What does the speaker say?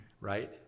Right